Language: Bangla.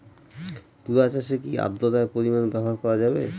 তুলা চাষে কি আদ্রর্তার পরিমাণ ব্যবহার করা যাবে?